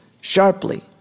Sharply